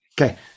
Okay